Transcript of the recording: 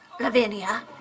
Lavinia